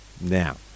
Now